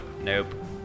Nope